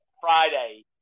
Friday